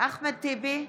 אחמד טיבי,